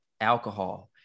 alcohol